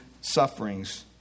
sufferings